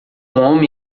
homem